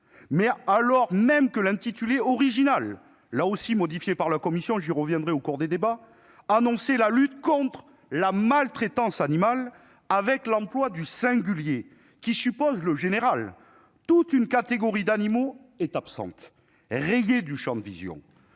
mais, alors même que l'intitulé original, là aussi modifié par la commission- j'y reviendrai au cours des débats -, évoquait la lutte contre « la maltraitance animale », avec cet emploi du singulier qui suppose le général, toute une catégorie d'animaux en est absente, rayée du champ de vision.